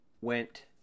went